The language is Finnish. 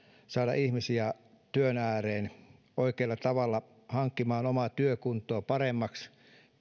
saada ihmisiä työn ääreen oikealla tavalla hankkimaan omaa työkuntoaan paremmaksi